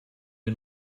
wie